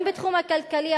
גם בתחום הכלכלי,